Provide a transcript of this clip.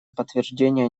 подтверждение